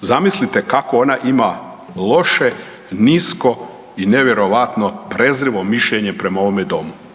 Zamislite kako ona ima loše, nisko i nevjerojatno prezrivo mišljenje prema ovome domu,